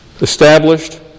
established